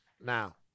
Now